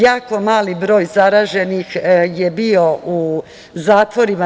Jako mali broj zaraženih je bio u zatvorima.